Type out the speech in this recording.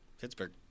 Pittsburgh